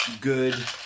good